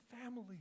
family